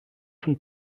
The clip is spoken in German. von